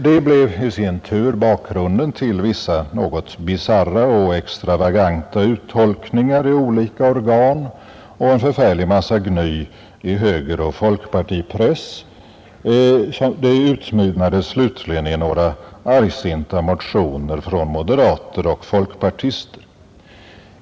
De blev i sin tur bakgrunden till vissa något bisarra och extravaganta uttolkningar i olika organ och en förfärlig massa gny i högeroch folkpartipress. Det utmynnade slutligen i några argsinta motioner från moderater och folkpartister.